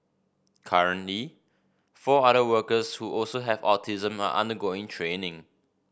currently four other workers who also have autism are undergoing training